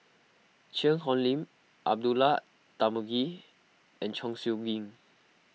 Cheang Hong Lim Abdullah Tarmugi and Chong Siew Ying